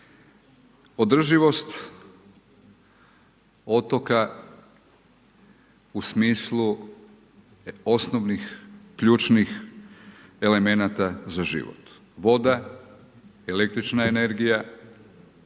Održivost otoka, u smislu osnovnih, ključnih elemenata za život. Voda el. energija,